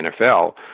NFL